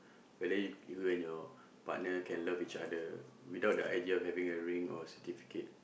whether you you and your partner can love each other without the idea of having a ring or certificate